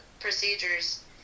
procedures